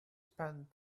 spend